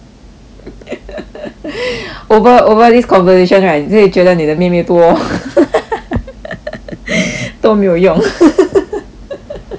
over over this conversation right 你就会觉得你的妹妹多 多没有用